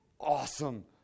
awesome